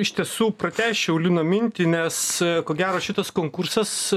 iš tiesų pratęsčiau lino mintį nes ko gero šitas konkursas